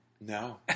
no